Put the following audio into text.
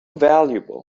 valuable